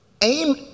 Aim